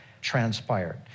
transpired